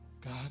God